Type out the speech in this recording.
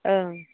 ओं